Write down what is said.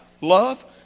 love